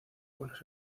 buenos